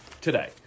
today